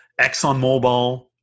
ExxonMobil